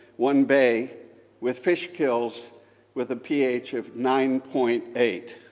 one bay with fish kills with a ph of nine point eight.